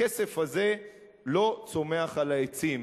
הכסף הזה לא צומח על העצים.